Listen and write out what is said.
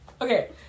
okay